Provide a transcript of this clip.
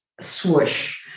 swoosh